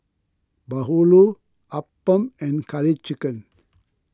Bahulu Appam and Curry Chicken